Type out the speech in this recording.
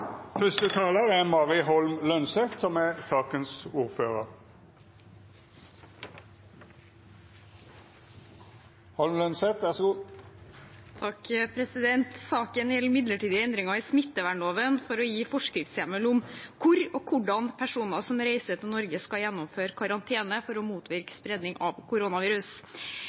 Saken gjelder midlertidige endringer i smittevernloven for å gi forskriftshjemmel om hvor og hvordan personer som reiser til Norge, skal gjennomføre karantene for å motvirke spredning av koronavirus.